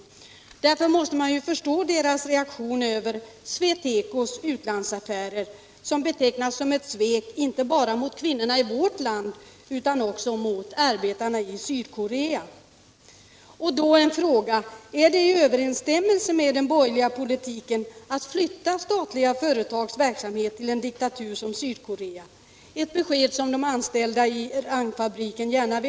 Man måste därför förstå den reaktion som kvinnorna på Rang har givit uttryck för när det gäller SweTecos utlandsaffärer, som betecknas som ett svek inte bara mot kvinnorna i vårt land utan också mot arbetarna i Sydkorea. Mot den bakgrunden vill jag fråga: Är det i överensstämmelse med den borgerliga politiken att flytta statliga företags verksamhet till en diktaturstat som Sydkorea? Ett svar på den frågan vill de anställda vid Rangfabriken gärna ha.